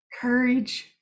courage